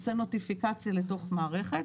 עושה נוטיפיקציה לתוך מערכת,